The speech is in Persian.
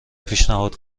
پیشنهاد